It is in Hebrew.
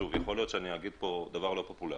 יכול להיות שאגיד דבר לא פופולרי,